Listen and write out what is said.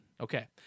Okay